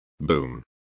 Boom